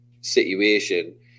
situation